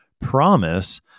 promise